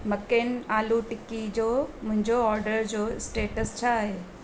McCain aloo tikki जो मुंहिंजे order जो स्टेट्स छा आहे